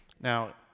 Now